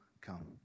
come